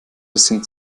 bisschen